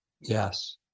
Yes